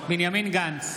בנימין גנץ,